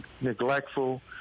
neglectful